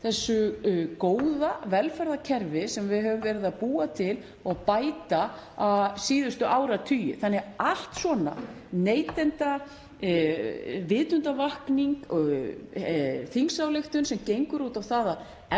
þessu góða velferðarkerfi sem við höfum verið að búa til og bæta síðustu áratugi. Þannig að allt svona, neytenda- og vitundarvakning og þingsályktunartillaga sem gengur út á það að